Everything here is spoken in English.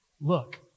Look